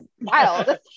wild